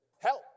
Help